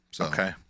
Okay